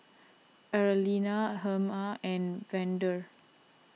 Arlena Herma and Vander